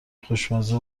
خوشمزه